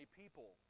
people